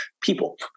people